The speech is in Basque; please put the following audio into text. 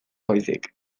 baizik